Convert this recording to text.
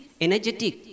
energetic